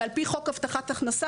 ועל פי חוק הבטחת הכנסה,